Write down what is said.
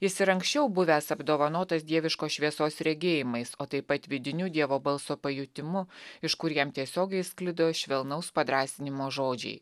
jis ir anksčiau buvęs apdovanotas dieviškos šviesos regėjimais o taip pat vidiniu dievo balso pajutimu iš kur jam tiesiogiai sklido švelnaus padrąsinimo žodžiai